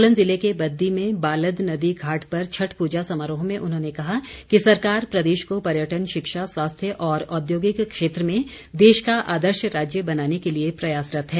सोलन ज़िले के बद्दी में बालद नदी घाट पर छठ पूजा समारोह में उन्होंने कहा कि सरकार प्रदेश को पर्यटन शिक्षा स्वास्थ्य और औद्योगिक क्षेत्र में देश का आदर्श राज्य बनाने के लिए प्रयासरत है